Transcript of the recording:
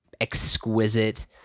exquisite